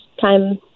time